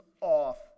off